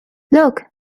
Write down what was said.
look